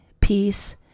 peace